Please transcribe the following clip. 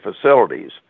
facilities